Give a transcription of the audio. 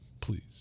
Please